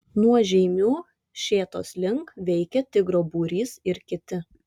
nuo žeimių šėtos link veikė tigro būrys ir kiti